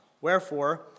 Wherefore